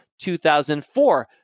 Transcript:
2004